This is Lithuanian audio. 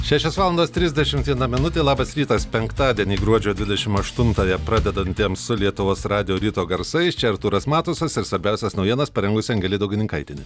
šešios valandos trisdešimt viena minutė labas rytas penktadienį gruodžio dvidešim aštuntąją pradedantiems su lietuvos radijo ryto garsais čia artūras matusas ir svarbiausias naujienas parengusi angelė daugininkaitienė